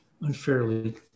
unfairly